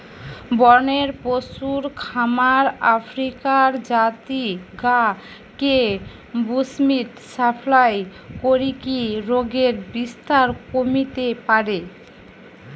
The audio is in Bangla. বনের পশুর খামার আফ্রিকার জাতি গা কে বুশ্মিট সাপ্লাই করিকি রোগের বিস্তার কমিতে পারে